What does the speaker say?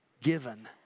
given